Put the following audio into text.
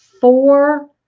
four